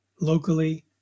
locally